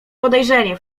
podejrzenie